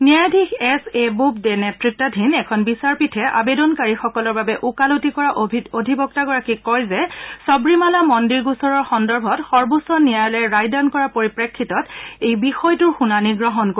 ন্যায়াধীশ S A Bobde নেতৃতাধীন এখন বিচাৰপীঠে আবেদনকাৰীসকলৰ বাবে ওকালতি কৰা অধিবক্তাগৰাকীক কয় যে সবৰিমালা মন্দিৰ গোচৰৰ সন্দৰ্ভত সৰ্বোচ্চ ন্যায়ালয়ে ৰায়দান কৰাৰ পৰিপ্ৰেক্ষিতত ই বিষয়টোৰ শুনানী গ্ৰহণ কৰিব